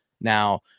Now